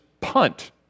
punt